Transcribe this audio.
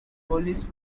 police